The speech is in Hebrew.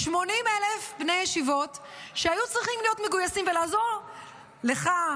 80,000 בני ישיבות שהיו צריכים להיות מגויסים ולעזור לך,